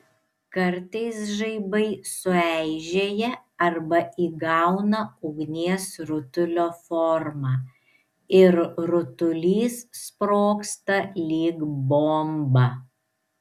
kartais žaibai sueižėja arba įgauna ugnies rutulio formą ir rutulys sprogsta lyg bomba